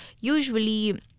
usually